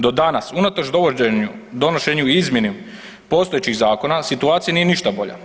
Do danas unatoč dovođenju, donošenju i izmjeni postojećih zakona situacija nije ništa bolja.